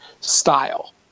style